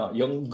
yung